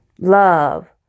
love